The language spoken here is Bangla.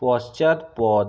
পশ্চাৎপদ